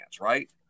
right